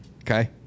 okay